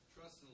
Trust